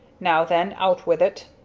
now then. out with it.